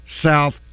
South